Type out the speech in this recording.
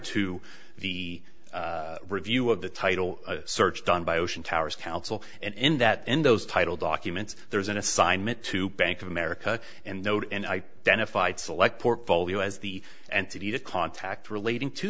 to the review of the title search done by ocean towers council and in that in those title documents there is an assignment to bank of america and note and then a fight select portfolio as the ante to contact relating to